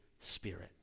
spirit